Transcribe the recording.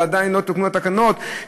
ועדיין לא תוקנו התקנות,